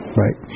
right